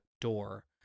door